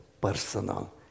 personal